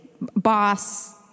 boss